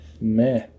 meh